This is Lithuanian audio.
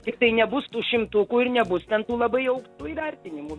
tiktai nebus tų šimtukų ir nebus ten tų labai aukštų įvertinimų